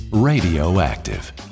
Radioactive